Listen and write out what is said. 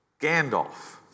Gandalf